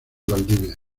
valdivia